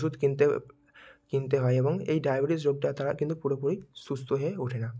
ওষুধ কিনতে কিনতে হয় এবং এই ডায়াবেটিস রোগটা তারা কিন্তু পুরোপুরি সুস্থ হয়ে ওঠে না